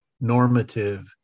normative